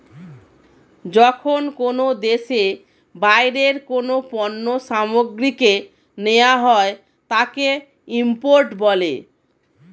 যখন কোনো দেশে বাইরের কোনো পণ্য সামগ্রীকে নেওয়া হয় তাকে ইম্পোর্ট বলে